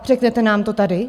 Řeknete nám to tady?